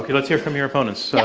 let's hear from your opponents. so